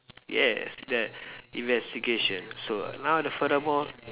yes that investigation so now the furthermore